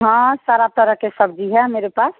हाँ सारा तरह के सब्ज़ी है मेरे पास